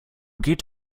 geht